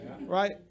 Right